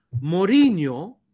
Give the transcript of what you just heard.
Mourinho